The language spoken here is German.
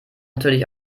natürlich